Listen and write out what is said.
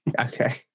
okay